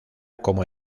como